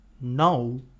Now